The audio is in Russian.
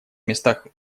местах